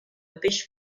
peix